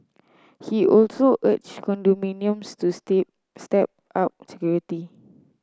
he also urged condominiums to step up security